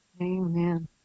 Amen